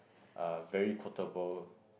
uh very quotable